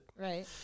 Right